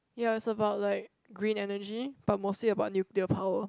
ya it was about like green energy but mostly about nuclear power